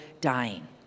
dying